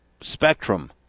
spectrum